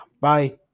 bye